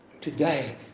today